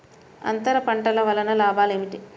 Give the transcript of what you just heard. అంతర పంటల వలన లాభాలు ఏమిటి?